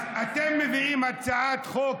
אתם מביאים לכאן הצעת חוק,